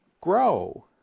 grow